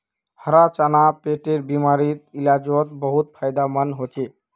हरा चना पेटेर बिमारीर इलाजोत बहुत फायदामंद होचे